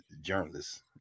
journalists